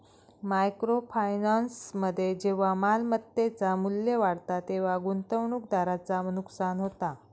micro फायनान्समध्ये जेव्हा मालमत्तेचा मू्ल्य वाढता तेव्हा गुंतवणूकदाराचा नुकसान होता